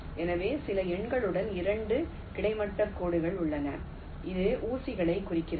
எனவே சில எண்களுடன் 2 கிடைமட்ட கோடுகள் உள்ளன இது ஊசிகளைக் குறிக்கிறது